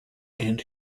and